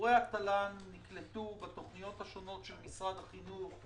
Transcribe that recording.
מורי התל"ן נקלטו בתכניות השונות של משרד החינוך,